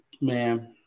man